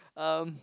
um